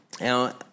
Now